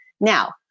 Now